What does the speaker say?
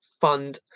fund